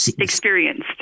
Experienced